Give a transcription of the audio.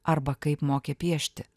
arba kaip mokė piešti